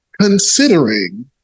considering